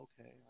okay